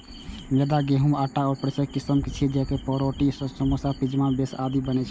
मैदा गहूंमक आटाक परिष्कृत किस्म छियै, जइसे पावरोटी, समोसा, पिज्जा बेस आदि बनै छै